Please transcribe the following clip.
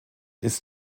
ist